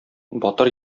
батыр